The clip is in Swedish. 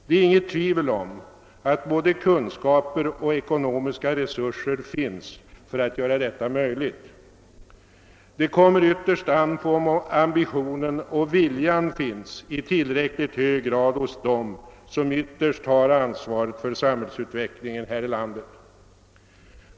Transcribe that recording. Det är inget tvivel om att både kunskaper och ekonomiska resurser finns för att göra detta möjligt. Det kommer ytterst an på om viljan och ambitionen finns hos dem som har ansvaret för samhällsutvecklingen här i landet.